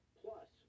plus